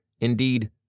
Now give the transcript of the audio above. Indeed